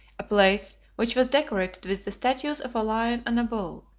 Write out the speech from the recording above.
a place which was decorated with the statues of a lion and a bull.